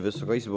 Wysoka Izbo!